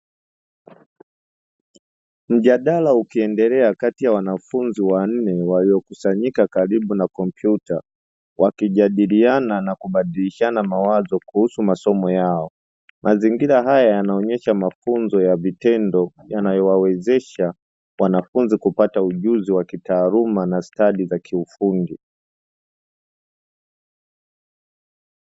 Mjadala ukiendelea, kati ya wanafunzi wanne waliokusanyika karibu na kompyuta, wakijadiliana na kubadilishana mawazo kuhusu masomo yao. Mazingira haya yanaonesha mafunzo ya vitendo yanayowawezesha wanafunzi kupata ujuzi wa kitaaluma na stadi za kiufundi.